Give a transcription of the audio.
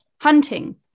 Hunting